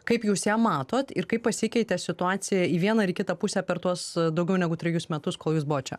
kaip jūs ją matot ir kaip pasikeitė situacija į vieną ar į kitą pusę per tuos daugiau negu trejus metus kol jūs buvot čia